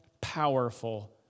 powerful